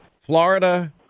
Florida